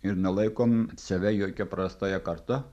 ir nelaikom save jokia prarastąja karta